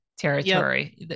territory